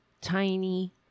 tiny